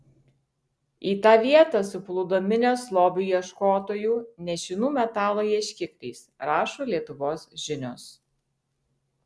į tą vietą suplūdo minios lobių ieškotojų nešinų metalo ieškikliais rašo lietuvos žinios